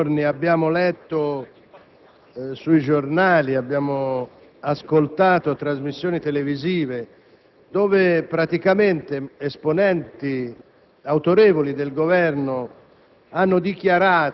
Presidente, in questi giorni abbiamo letto sui giornali e ascoltato trasmissioni televisive